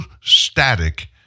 static